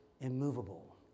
immovable